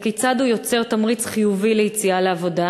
וכיצד הוא יוצר תמריץ חיובי ליציאה לעבודה